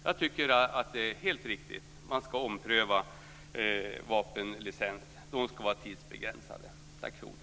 Jag tycker att det är helt riktigt att man ska ompröva vapenlicenser. De ska vara tidsbegränsade. Tack för ordet!